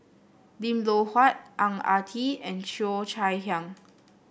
Lim Loh Huat Ang Ah Tee and Cheo Chai Hiang